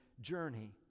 journey